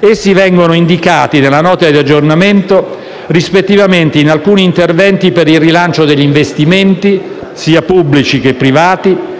che vengono indicati nella Nota di aggiornamento rispettivamente in alcuni interventi per il rilancio degli investimenti, sia pubblici che privati,